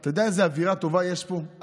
אתה יודע איזה אווירה טובה יש פה?